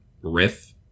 riff